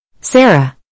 Sarah